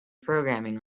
programming